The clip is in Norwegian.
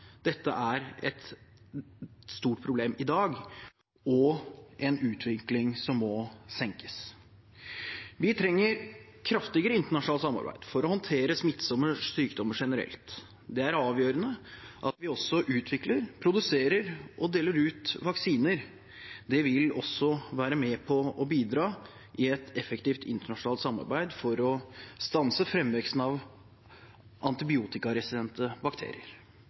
dette er et stort problem i dag og en utvikling som må bremses. Vi trenger kraftigere internasjonalt samarbeid for å håndtere smittsomme sykdommer generelt. Det er avgjørende at vi også utvikler, produserer og deler ut vaksiner. Det vil også være med på å bidra i et effektivt internasjonalt samarbeid for å stanse framveksten av antibiotikaresistente bakterier.